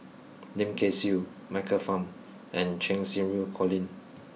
Lim Kay Siu Michael Fam and Cheng Xinru Colin